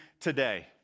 today